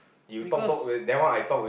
because